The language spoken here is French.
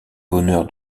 l’honneur